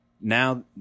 now